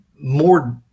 more